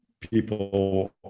people